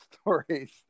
stories